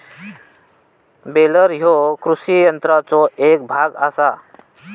baler ह्यो कृषी यंत्राचो एक भाग आसा